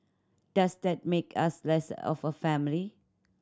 does that make us less of a family